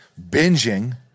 binging